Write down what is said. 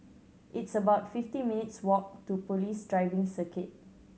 it's about fifty minutes' walk to Police Driving Circuit